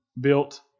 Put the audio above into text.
built